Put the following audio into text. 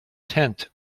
tent